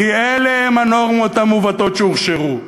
כי אלה הנורמות המעוותות שאופשרו,